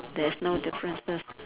there's no differences